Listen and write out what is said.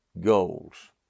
goals